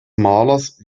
malers